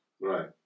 Right